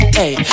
hey